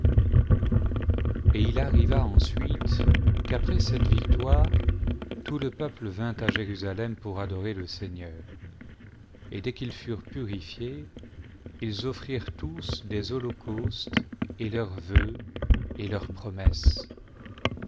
et il arriva ensuite qu'après cette victoire tout le peuple vint à jérusalem pour adorer le seigneur et dès qu'ils furent purifiés ils offrirent tous des holocaustes et leurs vœux et leurs promesses